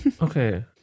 Okay